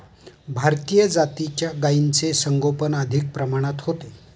भारतीय जातीच्या गायींचे संगोपन अधिक प्रमाणात होते